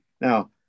Now